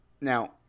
Now